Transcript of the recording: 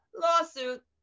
lawsuit